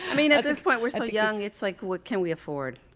mean, at this point, we're so young. it's like what can we afford?